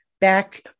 back